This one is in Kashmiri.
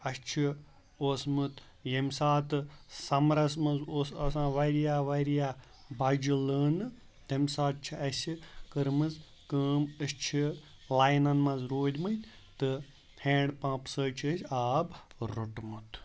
اَسہِ چھِ اوسمُت ییٚمہِ ساتہٕ سَمرَس منٛز اوس آسان واریاہ واریاہ بَجہِ لٲنہٕ تَمہِ ساتہٕ چھِ اَسہِ کٔرمٕژ کٲم أسۍ چھِ لاینَن منٛز روٗدۍ مٕتۍ تہٕ ہینٛڈ پَمپ سۭتۍ چھِ أسۍ آب روٚٹمُت